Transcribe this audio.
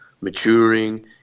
maturing